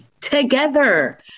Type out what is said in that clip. together